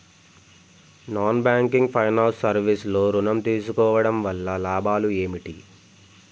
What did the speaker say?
Non banking finance service లో ఋణం తీసుకోవడం వల్ల లాభాలు ఏమిటి?